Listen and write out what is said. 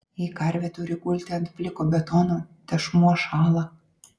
jei karvė turi gulti ant pliko betono tešmuo šąla